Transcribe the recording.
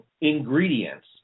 ingredients